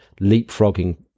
leapfrogging